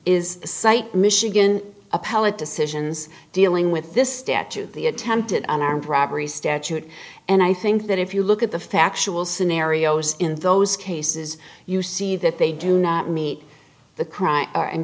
is cite michigan appellate decisions dealing with this statute the attempted an armed robbery statute and i think that if you look at the factual scenarios in those cases you see that they do not meet the crime or